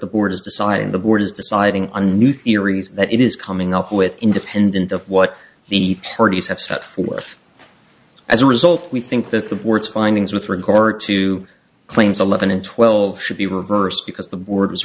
the board is deciding the board is deciding on new theories that it is coming up with independent of what the parties have sat for as a result we think that the board's findings with regard to claims eleven and twelve should be reversed because the board